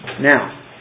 Now